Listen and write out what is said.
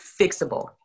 fixable